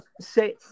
say